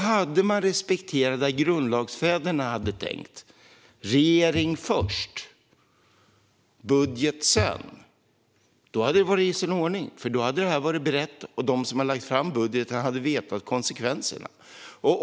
Hade man respekterat det grundlagsfäderna tänkte - regering först, budget sedan - hade det varit i sin ordning. Då hade det varit berett, och de som hade lagt fram budgeten hade känt till konsekvenserna.